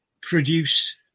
produce